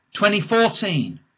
2014